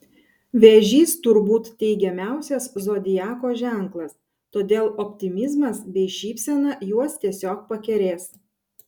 vėžys turbūt teigiamiausias zodiako ženklas todėl optimizmas bei šypsena juos tiesiog pakerės